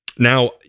Now